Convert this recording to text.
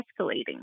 escalating